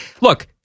look